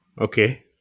Okay